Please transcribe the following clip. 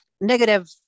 negative